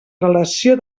relació